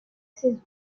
saison